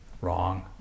Wrong